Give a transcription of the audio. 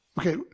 Okay